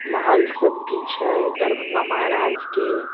महल सब भी छै दरभङ्गा महराजके